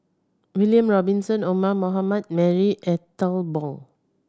William Robinson Omar Mohamed Marie Ethel Bong